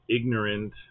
ignorant